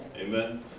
amen